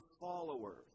followers